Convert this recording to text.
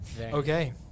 Okay